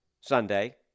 Sunday